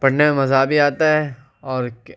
پڑھنے میں مزہ بھی آتا ہے اور کیا